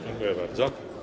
Dziękuję bardzo.